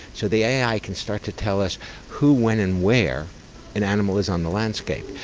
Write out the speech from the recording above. so the ai can start to tell us who, when and where an animal is on the landscape.